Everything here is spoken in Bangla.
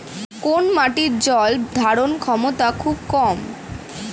কোন মাটির জল ধারণ ক্ষমতা খুব কম?